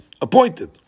appointed